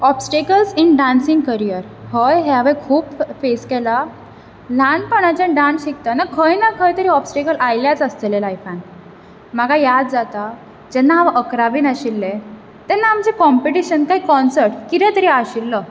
obstacle in dancing career हय हे हांवें खूब फेस केलां ल्हानपणाच्यान डान्स शिकतना खंय ना खंय तरी ऑबस्टेकल आयल्याच आसतले लायफांत म्हाका याद जाता जेन्ना हांव अकरावेंत आशिल्लें तेन्ना आमचें कॉपिटीशन काय कॉनसर्ट कितें तरी आशिल्लो